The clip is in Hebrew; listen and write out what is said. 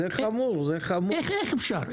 איך אפשר?